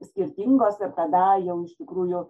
skirtingos ir tada jau iš tikrųjų